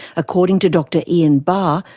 according to dr ian barr,